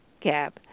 gap